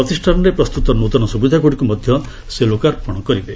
ପ୍ରତିଷ୍ଠାନରେ ପ୍ରସ୍ତୁତ ନୂତନ ସୁବିଧାଗୁଡ଼ିକୁ ମଧ୍ୟ ସେ ଲୋକାର୍ପଣ କରିବେ